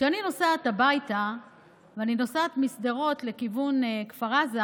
כשאני נוסעת הביתה ואני נוסעת משדרות לכיוון כפר עזה,